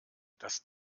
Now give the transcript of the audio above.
das